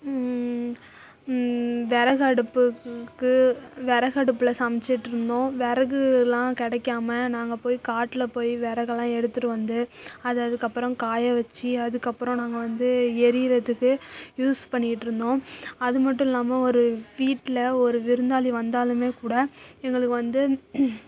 விறகு அடுப்புக்கு விறகு அடுப்பில் சமைச்சிட்டு இருந்தோம் விறகெல்லாம் கிடைக்காம நாங்கள் போய் காட்டில் போய் விறகெலாம் எடுத்துட்டு வந்து அதை அதுக்கு அப்புறம் காய வச்சு அதுக்கு அப்புறம் நாங்கள் வந்து எரியறத்துக்கு யூஸ் பண்ணிட்டு இருந்தோம் அது மட்டும் இல்லாமல் ஒரு வீட்டில் ஒரு விருந்தாளி வந்தாலுமே கூட எங்களுக்கு வந்து